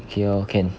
ya can